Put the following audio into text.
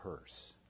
Purse